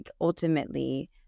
ultimately